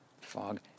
fog